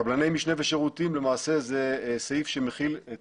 קבלני משנה ושירותים למעשה זה סעיף שמכיל את